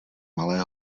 malé